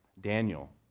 Daniel